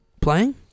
playing